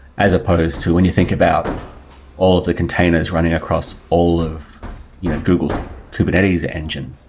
as opposed to when you think about all the containers running across all of you know google's kubernetes engine.